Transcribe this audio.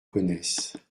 gonesse